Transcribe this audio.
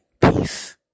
Peace